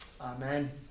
Amen